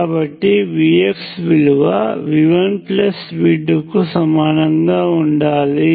కాబట్టి VX విలువ V1V2 కు సమానంగా ఉండాలి